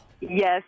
yes